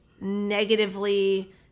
negatively